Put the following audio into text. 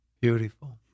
Beautiful